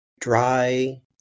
dry